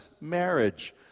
marriage